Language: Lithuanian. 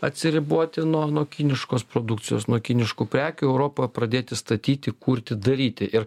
atsiriboti nuo nuo kiniškos produkcijos nuo kiniškų prekių europoje pradėti statyti kurti daryti ir